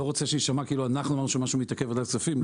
אני לא רוצה שיישמע כאילו אנחנו אמרנו שמשהו מתעכב בוועדת כספים,